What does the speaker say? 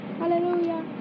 hallelujah